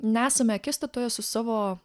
nesame akistatoje su savo